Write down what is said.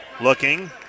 looking